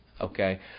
okay